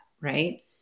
right